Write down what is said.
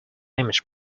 image